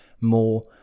more